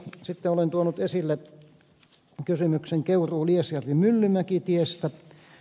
sitten olen tuonut esille kysymyksen keuruuliesjärvimyllymäki tiestä